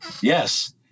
Yes